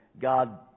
God